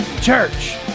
Church